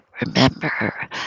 Remember